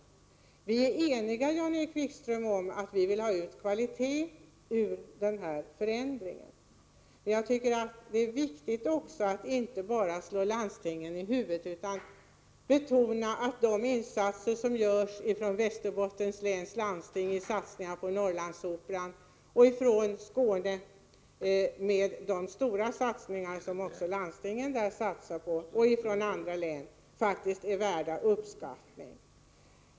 Rikskonserter Vi är eniga om, Jan-Erik Wikström, att förändringen skall ge kvalitet. Men jag tycker det är viktigt att man inte bara avvisar landstingen utan att man betonar att de satsningar som görs — t.ex. Västerbottens läns landstings satsningar på Norrlandsoperan, de stora satsningar man gjort från landstingen i Skåne och annat — faktiskt är värda uppskattning.